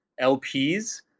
LPs